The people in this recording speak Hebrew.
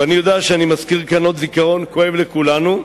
ואני יודע שאני מזכיר כאן עוד זיכרון כואב לכולנו,